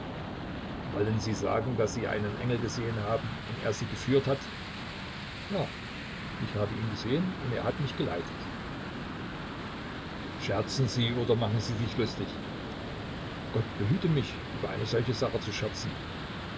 wollen sie sagen daß sie einen engel gesehen haben und er sie geführt hat ja ich habe ihn gesehen und er hat mich geleitet scherzen sie oder machen sie sich lustig gott behüte mich über eine solche sache zu scherzen